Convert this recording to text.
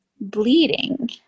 bleeding